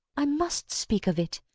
i must speak of it.